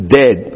dead